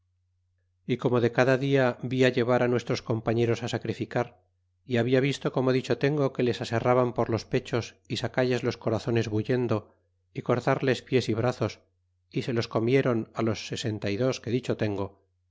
y como de cada dia via llevará nuestros compañeros á sacrificar y habia visto como dicho tengo que les aserraban por los pechos y sacalles los corazones bullendo y cortarles pies y brazos y se los comiüron á los sesenta y dos que dicho tengo